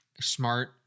Smart